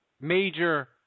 major